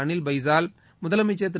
அனில் பைஜால் முதலமைச்சர் திரு